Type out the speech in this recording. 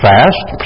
Fast